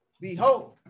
Behold